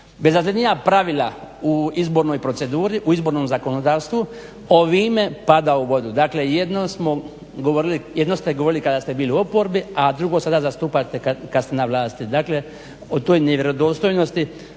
izbornoj proceduri u izbornom zakonodavstvu ovime pada u vodu. Dakle jedno ste govorili kada ste bili u oporbi a drugo sada zastupate kada ste na vlasti. o toj nevjerodostojnosti